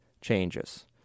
changes